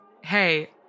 hey